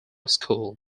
school